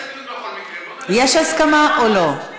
בכל מקרה, יש הסכמה או לא?